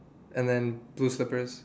and then blue slippers